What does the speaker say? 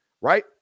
right